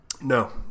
no